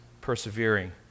persevering